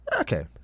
okay